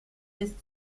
des